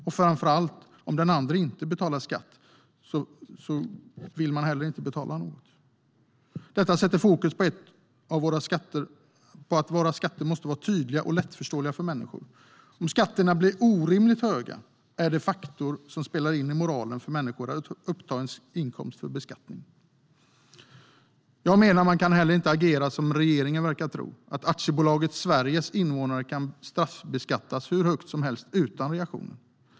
Och framför allt: Om den ene inte betalar skatt vill den andre inte heller betala något. Detta sätter fokus på att våra skatter måste vara tydliga och lättförståeliga för människor. Om skatterna blir orimligt höga är det en faktor som spelar in i moralen för människor när det gäller att uppge inkomst för beskattning. Jag menar att man inte heller kan agera som regeringen verkar tro att man kan. Aktiebolaget Sveriges invånare kan inte straffbeskattas hur högt som helst utan reaktioner.